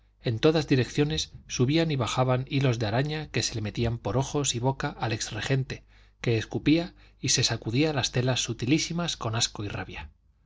en todas direcciones subían y bajaban hilos de araña que se le metían por ojos y boca al ex regente que escupía y se sacudía las telas sutilísimas con asco y rabia